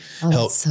help